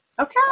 Okay